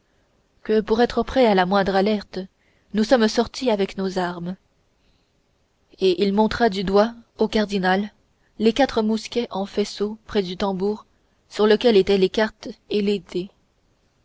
que pour être prêts à la moindre alerte nous sommes sortis avec nos armes et il montra du doigt au cardinal les quatre mousquets en faisceau près du tambour sur lequel étaient les cartes et les